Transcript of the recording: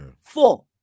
Four